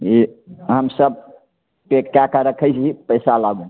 हे हमसभ टेक कए कऽ रखै छी पैसा लाबू